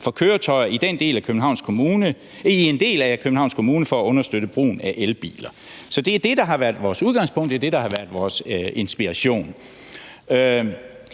for køretøjer i en del af Københavns Kommune for at understøtte brugen af elbiler. Så det er det, der har været vores udgangspunkt. Det er det, der har været inspiration.